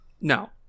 No